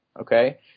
Okay